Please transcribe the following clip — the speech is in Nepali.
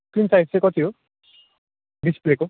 स्क्रिन साइज चाहिँ कति हो डिस्प्लेको